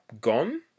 gone